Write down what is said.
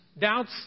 Doubts